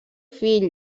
fill